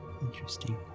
interesting